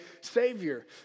Savior